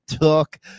took